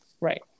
Right